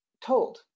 told